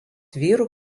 vyrų